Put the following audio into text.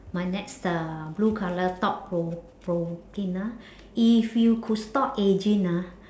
my next uh blue colour thought pro~ provoking ah if you could stop aging ah